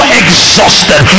exhausted